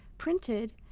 printed,